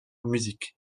music